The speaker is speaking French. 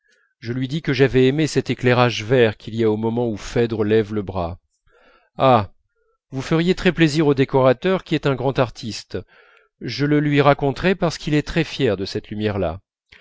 je lui dis que j'avais aimé cet éclairage vert qu'il y a au moment où phèdre lève le bras ah vous feriez très plaisir au décorateur qui est un grand artiste je le lui raconterai parce qu'il est très fier de cette lumière là